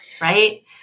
right